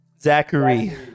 Zachary